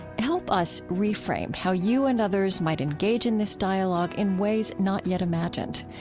help us reframe how you and others might engage in this dialogue in ways not yet imagined.